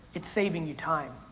it's saving you time.